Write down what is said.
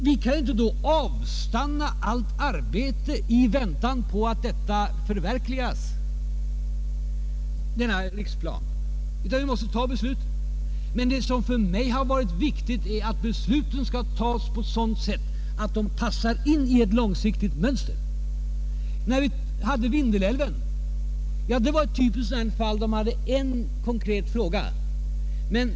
Vi kan emellertid inte låta allt arbete avstanna i väntan på att denna riksplanering förverkligas, utan vi måste fatta olika beslut i konkreta frågor. Vad som för mig har varit viktigt är att besluten skall fattas på ett sådant sätt att de passar in i ett långsiktigt mönster. Vindelälven var ett typiskt fall, då vi behandlade en konkret fråga.